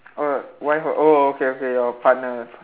oh wife ah oh okay okay your partner